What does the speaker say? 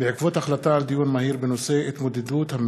בעקבות דיון מהיר בהצעתו של חבר הכנסת יואל רזבוזוב